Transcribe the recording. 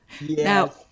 Now